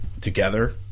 together